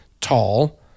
tall